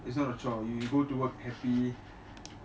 mmhmm